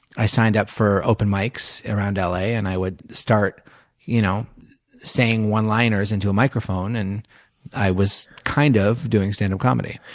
i signed up for open mics around l a. and i would start you know saying one-liners into a microphone and i was kind of doing standup comedy.